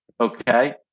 Okay